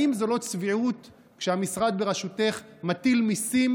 האם זו לא צביעות כשהמשרד בראשותך מטיל מיסים